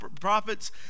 prophets